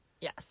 yes